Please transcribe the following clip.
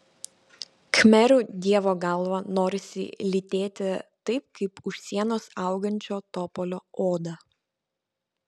khmerų dievo galvą norisi lytėti taip kaip už sienos augančio topolio odą